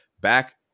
back